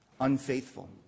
unfaithful